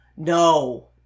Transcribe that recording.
No